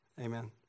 Amen